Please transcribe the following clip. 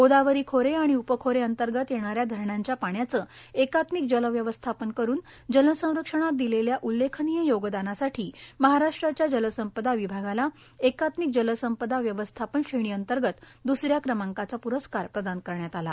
गोदावरी खोरे आणि उपखोरे अंतर्गत येणा या धरणांच्या पाण्याचे एकात्मिक जल व्यवस्थापन करून जलसंरक्षणात दिलेल्या उल्लेखनिय योगदानासाठी महाराष्ट्राच्या जलसंपदा विभागाला एकात्मिक जलसंपदा व्यवस्थापन श्रेणी अंतर्गत दुस या क्रमांकाचा प्रस्कार प्रदान करण्यात आला